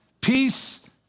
Peace